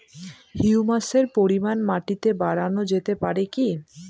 হিউমাসের পরিমান মাটিতে বারানো যেতে পারে কি?